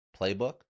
playbook